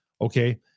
okay